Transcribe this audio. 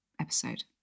episode